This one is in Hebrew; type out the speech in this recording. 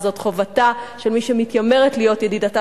וזאת חובתה של מי שמתיימרת להיות ידידתה